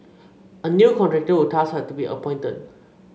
a new contractor would thus have to be appointed